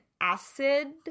acid